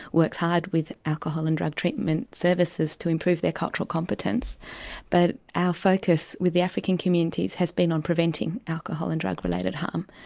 works hard with alcohol and drug treatment services to improve their cultural competence but our focus with the african communities has been on preventing alcohol and drug related harm.